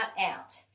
out